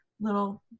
little